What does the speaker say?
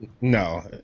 No